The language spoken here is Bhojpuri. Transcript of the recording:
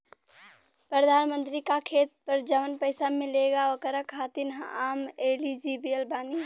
प्रधानमंत्री का खेत पर जवन पैसा मिलेगा ओकरा खातिन आम एलिजिबल बानी?